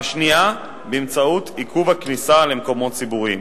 והשנייה, באמצעות עיכוב הכניסה למקומות ציבוריים